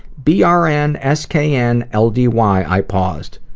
b r n s k n l d y. i paused.